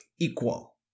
equal